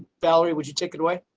valerie, would you take it away?